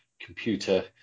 computer